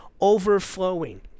overflowing